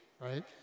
right